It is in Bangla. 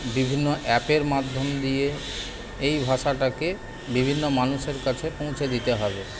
বিভিন্ন অ্যাপের মাধ্যম দিয়ে এই ভাষাটাকে বিভিন্ন মানুষের কাছে পৌঁছে দিতে হবে